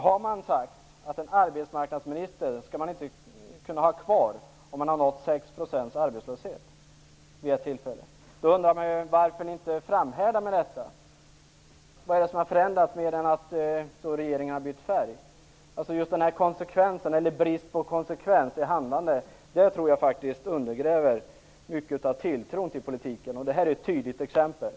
Har man sagt att man inte skall kunna ha kvar en arbetsmarknadsminister om arbetslösheten uppgår till 6 %, då undrar jag varför man inte framhärdar med detta. Vad är det som har förändrats mer än att regeringen har bytt färg? Just bristen på konsekvens i handlandet tror jag faktiskt undergräver mycket av tilltron till politiken, och detta är ett tydligt exempel.